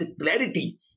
clarity